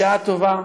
בשעה טובה,